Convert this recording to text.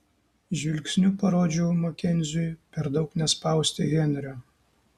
žvilgsniu parodžiau makenziui per daug nespausti henrio